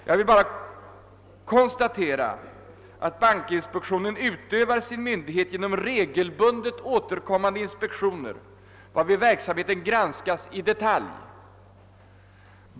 Jag vill bara konstatera att bankinspektionen utövar sin myndighet genom regelbundet återkommande inspektioner, vid vilka verksamheten granskas i detalj.